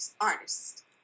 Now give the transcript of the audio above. artists